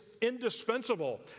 indispensable